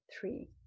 three